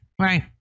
right